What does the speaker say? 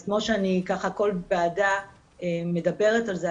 אז כמו שאני ככה כל ועדה מדברת על זה,